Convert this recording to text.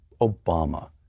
Obama